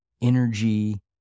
Energy